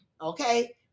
okay